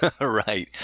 Right